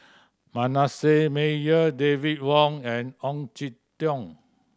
Manasseh Meyer David Wong and Ong Jin Teong